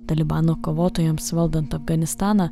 talibano kovotojams valdant afganistaną